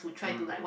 mm